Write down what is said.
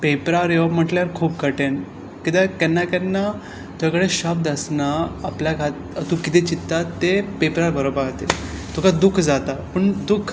पेपरार येवप म्हटल्यार खूब कठीण किद्या केन्ना केन्ना सगळे शब्द आसना आपल्याक तूं किदे चित्ता ते पेपरार बरोवपा खातीर तुका दूख जाता पूण